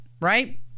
Right